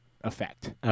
effect